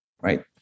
Right